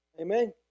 Amen